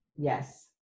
Yes